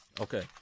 okay